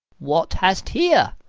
what hast here?